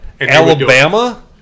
Alabama